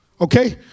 Okay